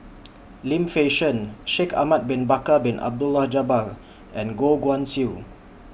Lim Fei Shen Shaikh Ahmad Bin Bakar Bin Abdullah Jabbar and Goh Guan Siew